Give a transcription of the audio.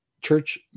Church